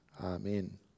Amen